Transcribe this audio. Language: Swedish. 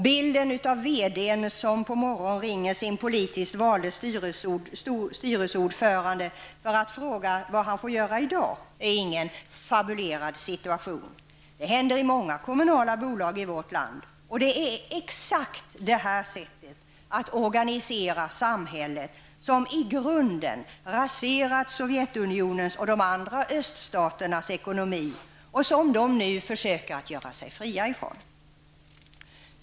Bilden av VD-n som på morgonen ringer sin politiskt valda styrelseordförande för att fråga vad han får göra i dag är ingen fabulerad situation. Detta händer i många kommunala bolag i vårt land, och det är exakt detta sätt att organisera samhället som i grunden raserat Sovjetunionens och de andra öststaternas ekonomi och som de nu försöker göra sig fria ifrån.